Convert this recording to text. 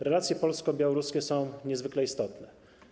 Relacje polsko-białoruskie są niezwykle istotne.